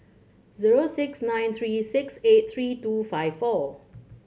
zero six nine three six eight three two five four